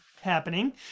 happening